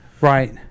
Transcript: right